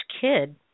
kid